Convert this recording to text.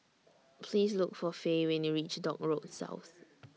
Please Look For Faye when YOU REACH Dock Road South